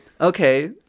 Okay